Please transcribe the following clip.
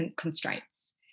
constraints